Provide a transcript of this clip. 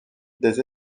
des